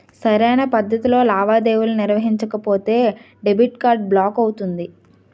సరైన పద్ధతిలో లావాదేవీలు నిర్వహించకపోతే డెబిట్ కార్డ్ బ్లాక్ అవుతుంది